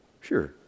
Sure